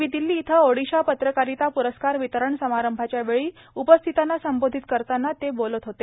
नवी दिल्ली इथं ओडिशा पत्रकारिता प्रस्कार वितरण समारंभाच्या वेळी उपस्थितांना संबोधित करताना ते आज बोलत होते